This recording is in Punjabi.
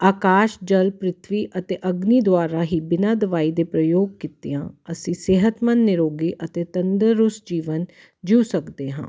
ਆਕਾਸ਼ ਜਲ ਪ੍ਰਿਥਵੀ ਅਤੇ ਅਗਨੀ ਦੁਆਰਾ ਹੀ ਬਿਨਾਂ ਦਵਾਈ ਦੇ ਪ੍ਰਯੋਗ ਕੀਤੀਆਂ ਅਸੀਂ ਸਿਹਤਮੰਦ ਨਿਰੋਗੀ ਅਤੇ ਤੰਦਰੁਸਤ ਜੀਵਨ ਜਿਊ ਸਕਦੇ ਹਾਂ